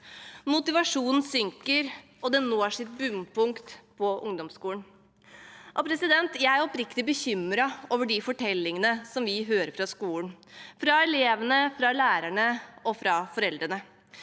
Motivasjonen synker, og det når sitt bunnpunkt på ungdomsskolen. Jeg er oppriktig bekymret over de fortellingene vi hører fra skolen – fra elevene, fra lærerne og fra foreldrene.